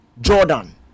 Jordan